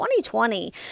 2020